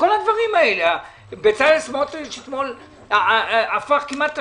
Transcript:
בצלאל סמוטריץ' אתמול כמעט הפך את השולחן,